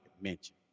mention